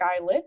Skylit